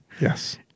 Yes